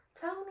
Tony